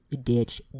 ditch